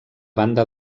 banda